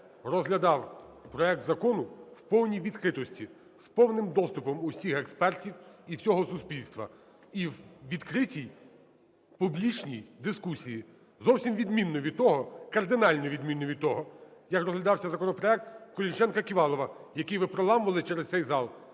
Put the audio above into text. розглядав проект закону в повній відкритості, з повним доступом усіх експертів і всього суспільства і у відкритій публічній дискусії. Зовсім відмінно від того, кардинально відмінно від того, як розглядався законопроект Колесніченка-Ківалова, який ви проламували через цей зал.